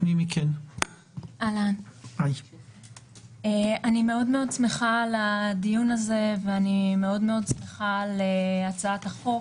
אני מאוד מאוד שמחה על הדיון הזה ועל הצעת החוק.